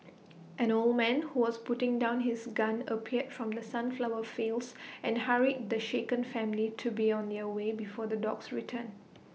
an old man who was putting down his gun appeared from the sunflower fields and hurried the shaken family to be on their way before the dogs return